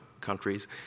countries